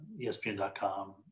ESPN.com